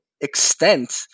extent